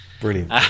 Brilliant